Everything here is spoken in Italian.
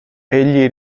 egli